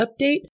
update